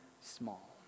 small